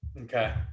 Okay